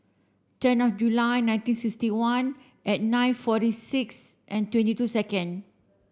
ten of July nineteen sixty one at nine forty six and twenty two second